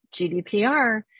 GDPR